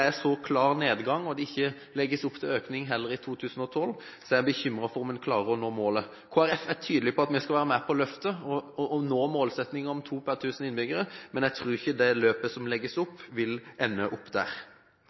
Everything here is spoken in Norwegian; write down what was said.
er så klar nedgang, og det heller ikke legges opp til økning i 2012, er jeg bekymret for om en klarer å nå målet. Kristelig Folkeparti er tydelig på at vi skal være med på løftet og nå målsettingen om to per 1 000 innbyggere, men jeg tror ikke at en med det løpet det legges opp til, vil ende opp der.